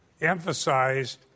emphasized